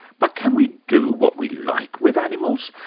but can we do what we like with animals?